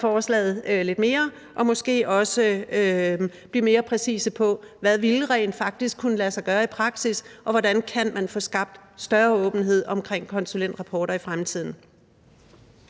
forslaget lidt mere og måske også blive mere præcise på, hvad der rent faktisk vil kunne lade sig gøre i praksis, og hvordan man kan få skabt større åbenhed om konsulentrapporter i fremtiden.